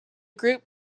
group